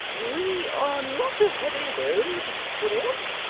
we are not a heavy load, george